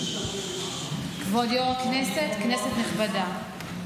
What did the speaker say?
כבוד יו"ר ישיבה, כנסת נכבדה,